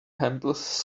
handles